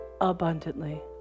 abundantly